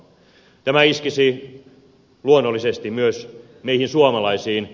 tämä iskisi luonnollisesti myös meihin suomalaisiin